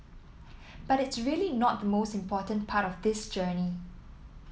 but it's really not the most important part of this journey